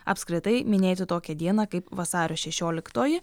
apskritai minėti tokią dieną kaip vasario šešioliktoji